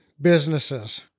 businesses